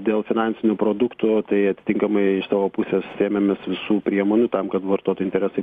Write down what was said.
dėl finansinių produktų tai atitinkamai savo pusės ėmėmės visų priemonių tam kad vartotojų interesai